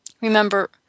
Remember